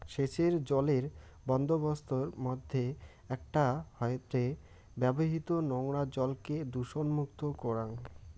সেচের জলের বন্দোবস্তর মইধ্যে একটা হয়ঠে ব্যবহৃত নোংরা জলকে দূষণমুক্ত করাং